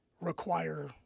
require